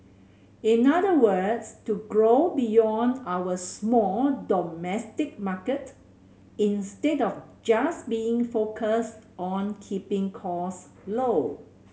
in other words to grow beyond our small domestic market instead of just being focused on keeping costs low